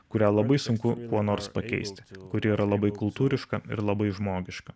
kurią labai sunku kuo nors pakeisti kuri yra labai kultūriška ir labai žmogiška